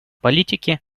политики